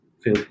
feel